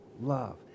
love